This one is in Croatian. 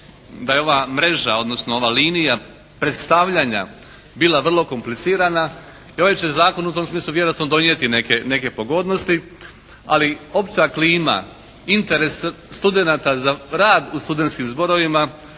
da je ova mreža odnosno ova linija predstavljanja bila vrlo komplicirana i ovaj će zakon u tom smislu vjerojatno donijeti neke pogodnosti, ali opća klima, interes studenata za rad u studentskim zborovima